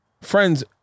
friends